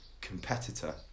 competitor